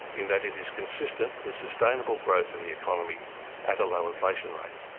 in that it is consistent with sustainable growth in the economy at a low inflation rate.